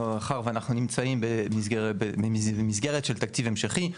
מאחר שאנחנו נמצאים במסגרת של תקציב המשכי,